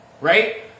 Right